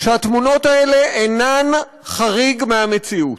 הוא שהתמונות האלה אינן חריג מהמציאות.